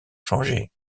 changées